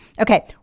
Okay